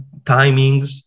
timings